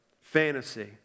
fantasy